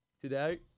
today